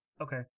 Okay